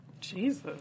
Jesus